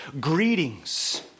greetings